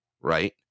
right